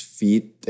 feet